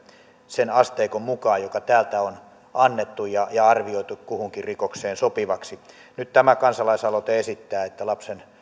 sen asteikon mukaan joka täältä on annettu ja ja arvioitu kuhunkin rikokseen sopivaksi nyt tämä kansalaisaloite esittää että